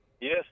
Yes